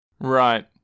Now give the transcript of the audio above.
Right